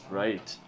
right